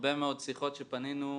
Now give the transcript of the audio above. הרבה מאוד שיחות שפנינו,